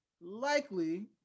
likely